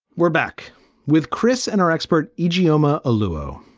we're back with chris. and our expert, e j. yoma, a luo,